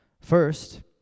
First